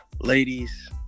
ladies